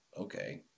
okay